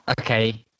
Okay